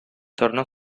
tornò